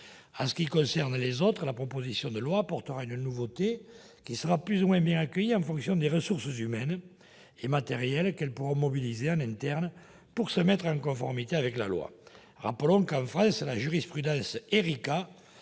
ce qui concerne les autres entreprises, la proposition de loi apportera une nouveauté, qui sera plus ou moins bien accueillie en fonction des ressources humaines et matérielles qui pourront être mobilisées en interne pour se mettre en conformité avec la loi. Rappelons qu'en France la jurisprudence